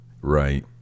Right